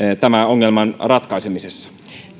tämän ongelman ratkaisemisessa